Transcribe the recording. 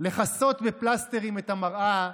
הם מסתירים את המציאות